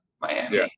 Miami